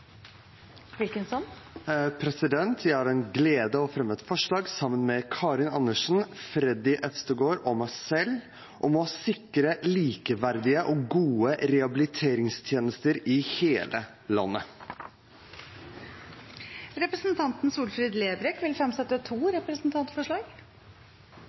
Jeg har gleden av å fremme et forslag på vegne av representantene Karin Andersen, Freddy André Øvstegård og meg selv om å sikre likeverdige og gode rehabiliteringstjenester i hele landet. Representanten Solfrid Lerbrekk vil fremsette to